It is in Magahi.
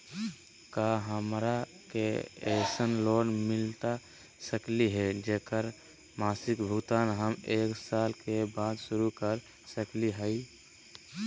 का हमरा के ऐसन लोन मिलता सकली है, जेकर मासिक भुगतान हम एक साल बाद शुरू कर सकली हई?